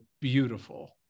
beautiful